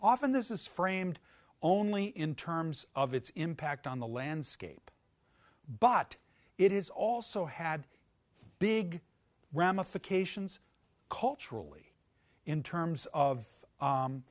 often this is framed only in terms of its impact on the landscape but it is also had a big ramifications culturally in terms of